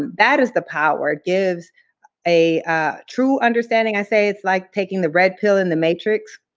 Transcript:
that is the power. it gives a true understanding. i say it's like taking the red pill in the matrix.